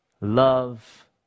love